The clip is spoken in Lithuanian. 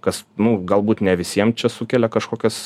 kas nu galbūt ne visiem čia sukelia kažkokias